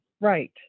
Right